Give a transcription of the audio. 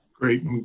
Great